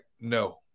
No